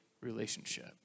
relationship